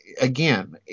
again